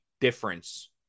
difference